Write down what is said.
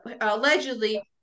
allegedly